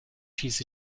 she’s